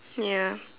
ya